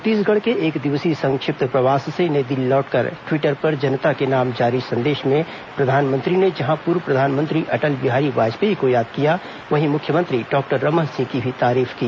छत्तीसगढ़ के एक दिवसीय संक्षिप्त प्रवास से नई दिल्ली लौटकर टिवटर पर जनता के नाम संदेश जारी कर प्रधानमंत्री ने जहां पूर्व प्रधानमंत्री अटल बिहारी वाजपेयी को याद किया वहीं मुख्यमंत्री डॉक्टर रमन सिंह की भी तारीफ की